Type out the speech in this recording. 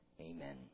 Amen